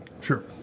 Sure